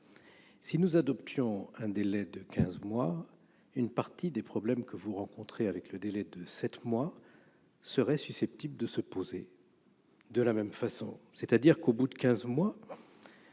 si nous adoptions un délai de quinze mois, une partie des problèmes que vous rencontrez avec le délai de sept mois seraient susceptibles de se poser de la même façon. En effet, au bout de quinze mois,